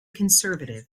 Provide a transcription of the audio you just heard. conservative